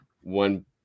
one